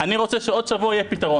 את זה.